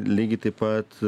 lygiai taip pat